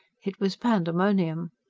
it was pandemonium.